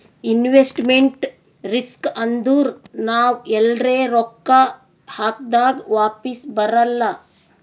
investment risk ಅಂದುರ್ ನಾವ್ ಎಲ್ರೆ ರೊಕ್ಕಾ ಹಾಕ್ದಾಗ್ ವಾಪಿಸ್ ಬರಲ್ಲ